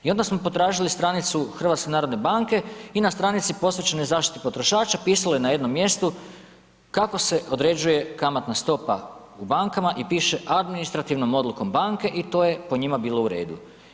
I onda smo potražili stranicu HNB-a i na stranici posvećenoj zaštiti potrošača pisalo je na jednom mjestu kako se određuje kamatna stopa u bankama i piše administrativnom odlukom banke i to je po njima bilo u redu.